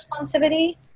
responsivity